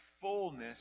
fullness